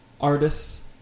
artists